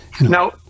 Now